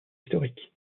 historiques